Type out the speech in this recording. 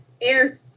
airs